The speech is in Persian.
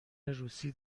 روسی